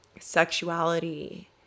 sexuality